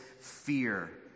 fear